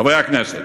חברי הכנסת,